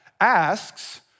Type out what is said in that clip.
asks